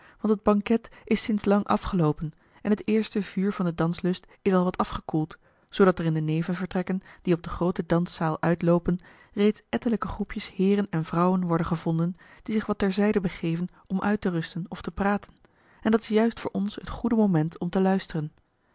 want het banket is sinds lang afgeloopen en het eerste vuur van den danslust is al wat afgekoeld zoodat er in de nevenvertrekken die op de groote danszaal uitloopen reeds ettelijke groepjes heeren en vrouwen worden gevonden die zich wat ter zijde begeven om uit te rusten of te praten en dat is juist voor ons het goede moment om te luisteren